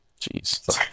Jeez